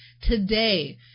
today